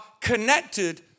connected